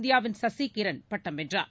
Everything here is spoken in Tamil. இந்தியாவின் சசிகிரண் பட்டம் வென்றார்